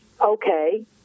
okay